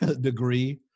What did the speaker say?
degree